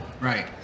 Right